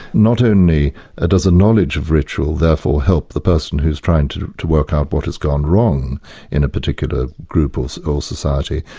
not only ah does a knowledge of ritual therefore help the person who's trying to to work out what has gone wrong in a particular group or society,